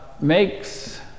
makes